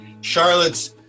Charlotte's